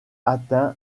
atteint